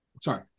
Sorry